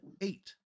Eight